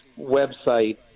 website